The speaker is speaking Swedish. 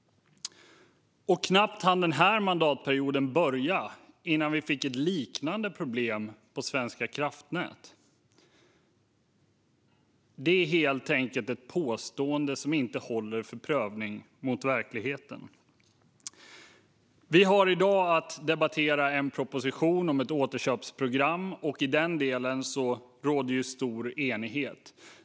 Och knappt hann den här mandatperioden börja innan vi fick ett liknande problem på Svenska kraftnät. Det är helt enkelt ett påstående som inte håller för prövning mot verkligheten. Vi ska i dag debattera en proposition om ett återköpsprogram. I den delen råder stor enighet.